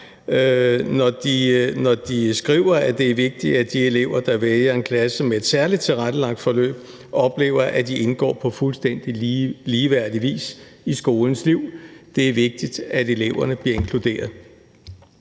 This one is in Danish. når de skriver, at det er vigtigt, at de elever, der vælger en klasse med et særligt tilrettelagt forløb, oplever, at de indgår på fuldstændig ligeværdig vis i skolens liv. Det er vigtigt, at eleverne bliver inkluderet.